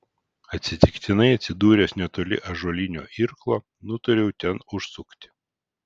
atsitiktinai atsidūręs netoli ąžuolinio irklo nutariau ten užsukti